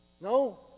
No